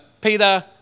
Peter